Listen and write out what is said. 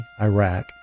Iraq